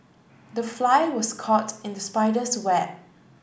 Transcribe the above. the fly was caught in the spider's web